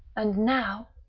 and now,